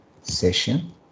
session